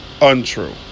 untrue